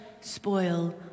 spoil